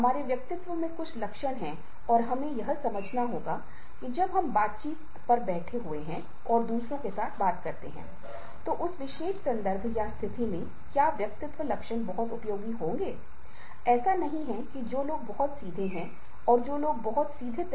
तो गैर कार्य गतिविधियों के लिए समय कहाँ बचा है और एकल माता पिता परिवार भी हैं और यदि एकल माता पिता परिवार मे माता या पिता कार्यालय जा रहे हैं तो बच्चे की देखभाल कौन करेंगे